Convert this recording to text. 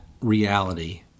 reality